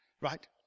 right